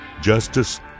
justice